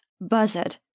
buzzard